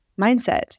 mindset